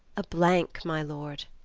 a blank, my lord,